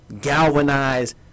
galvanize